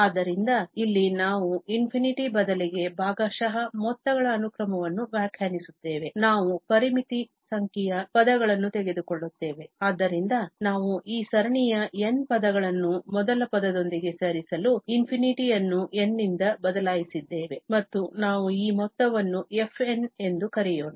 ಆದ್ದರಿಂದ ಇಲ್ಲಿ ನಾವು ∞ ಬದಲಿಗೆ ಭಾಗಶಃ ಮೊತ್ತಗಳ ಅನುಕ್ರಮವನ್ನು ವ್ಯಾಖ್ಯಾನಿಸುತ್ತೇವೆ ನಾವು ಪರಿಮಿತ ಸಂಖ್ಯೆಯ ಪದಗಳನ್ನು ತೆಗೆದುಕೊಳ್ಳುತ್ತೇವೆ ಆದ್ದರಿಂದ ನಾವು ಈ ಸರಣಿಯ n ಪದಗಳನ್ನು ಮೊದಲ ಪದದೊಂದಿಗೆ ಸೇರಿಸಲು ∞ ಅನ್ನು n ನಿಂದ ಬದಲಾಯಿಸಿದ್ದೇವೆ ಮತ್ತು ನಾವು ಈ ಮೊತ್ತವನ್ನು fn ಎಂದು ಕರೆಯೋಣ